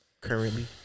currently